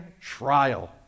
trial